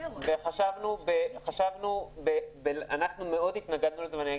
התנגדנו לזה מאוד ואני גם